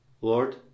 Lord